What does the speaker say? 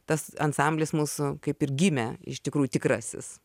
tas ansamblis mūsų kaip ir gimė iš tikrųjų tikrasis